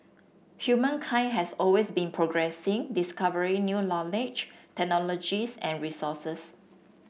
humankind has always been progressing discovering new knowledge technologies and resources